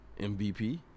MVP